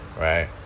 right